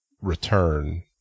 return